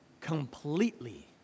completely